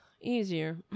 easier